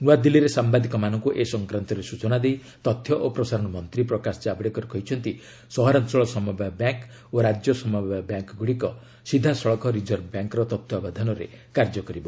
ନୂଆଦିଲ୍ଲୀରେ ସାମ୍ବାଦିକମାନଙ୍କୁ ଏ ସଂକ୍ରାନ୍ତରେ ସୂଚନା ଦେଇ ତଥ୍ୟ ଓ ପ୍ରସାରଣ ମନ୍ତ୍ରୀ ପ୍ରକାଶ ଜାବଡେକର କହିଛନ୍ତି ସହରାଞ୍ଚଳ ସମବାୟ ବ୍ୟାଙ୍କ୍ ଓ ରାଜ୍ୟ ସମବାୟ ବ୍ୟାଙ୍କ୍ଗୁଡ଼ିକ ସିଧାସଳଖ ରିଜର୍ଭ ବ୍ୟାଙ୍କ୍ର ତତ୍ୱାବଧାନରେ କାର୍ଯ୍ୟ କରିବ